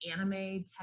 anime